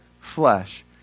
flesh